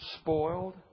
spoiled